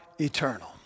eternal